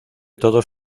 todos